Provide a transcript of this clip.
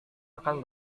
akan